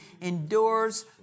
endures